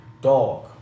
Dog